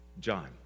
John